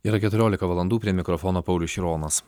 yra keturiolika valandų prie mikrofono paulius šironas